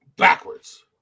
backwards